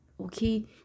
Okay